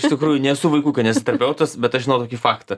iš tikrųjų nesu vaikų kaneziterapeutas bet aš žinau tokį faktą